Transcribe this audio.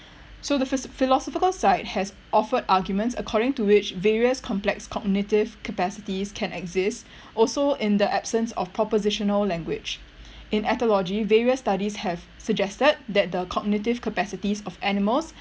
so the phis~ the philosophical side has offered arguments according which various complex cognitive capacities can exist also in the absence of propositional language in ethology various studies have suggested that the cognitive capacities of animals